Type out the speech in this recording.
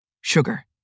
sugar